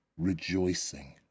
rejoicing